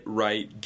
right